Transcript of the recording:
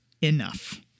enough